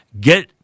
get